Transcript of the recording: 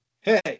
hey